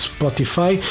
Spotify